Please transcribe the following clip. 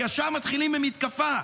וישר מתחילים במתקפה,